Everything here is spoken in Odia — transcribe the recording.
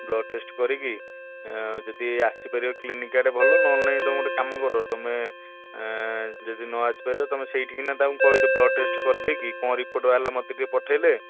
ବ୍ଳଡ଼୍ ଟେଷ୍ଟ୍ କରିକି ଯଦି ଆସିପାରିବ କ୍ଲିନିକ୍ ଆଡେ ଭଲ ନହେଲେ ନାହିଁ ତୁମେ ଗୋଟେ କାମ କର ତୁମେ ଯଦି ନ ଆସି ପାରିବ ତୁମକୁ ସେଇଠିକି ନା ତାଙ୍କୁ କହିଦିଅ ବ୍ଳଡ଼୍ ଟେଷ୍ଟ୍ କରିଦେଇକି କ'ଣ ରିପୋର୍ଟ୍ ବାହାରିଲା ମୋତେ ଟିକିଏ ପଠାଇଲେ